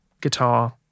guitar